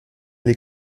les